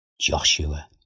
Joshua